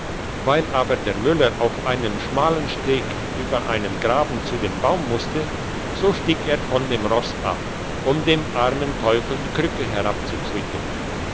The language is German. weil aber der müller auf einem schmalen steg über einen graben zu dem baum musste so stieg er von dem ross ab um dem armen teufel die krücke herabzuzwicken